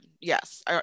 yes